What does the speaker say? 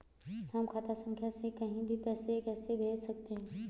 हम खाता संख्या से कहीं भी पैसे कैसे भेज सकते हैं?